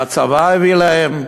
והצבא הביא להם.